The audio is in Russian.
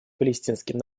палестинским